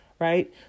right